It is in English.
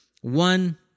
one